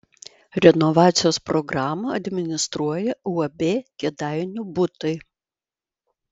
renovacijos programą administruoja uab kėdainių butai